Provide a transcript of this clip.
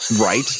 Right